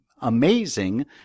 amazing